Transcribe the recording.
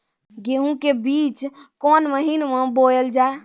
गेहूँ के बीच कोन महीन मे बोएल जाए?